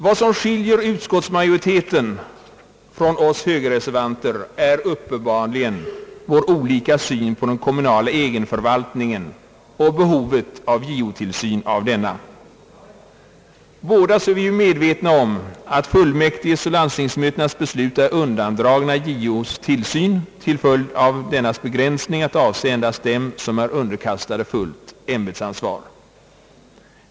Vad som skiljer utskottsmajoriteten från oss högerreservanter är uppenbarligen vår olika syn på den kommunala egenförvaltningen och behovet av JO tillsyn av denna. Båda är vi medvetna om att fullmäktiges och landstingsmötenas beslut är undandragna JO:s tillsyn till följd av dennas begränsning att avse endast dem som är underkastade fullt ämbetsansvar.